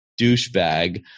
douchebag